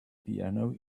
piano